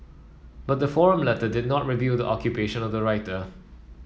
but the forum letter did not reveal the occupation of the writer